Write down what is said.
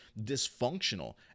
dysfunctional